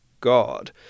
God